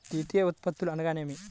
ద్వితీయ ఉత్పత్తులు అనగా నేమి?